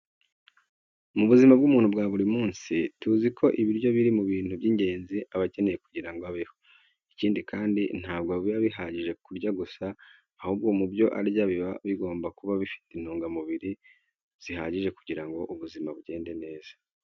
Mu buzima bw'umuntu bwa buri munsi, tuzi ko ibiryo biri mu bintu by'ingenzi aba akeneye kugira ngo abeho. Ikindi kandi, ntabwo biba bihagije kurya gusa, ahubwo mu byo arya biba bigomba kuba bifite intungamubiri zihagije kugira ngo ubuzima bugende neza.